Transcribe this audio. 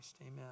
Amen